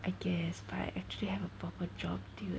I guess but actually I have a proper job dude